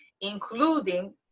including